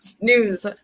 News